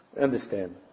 understand